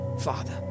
father